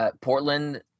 Portland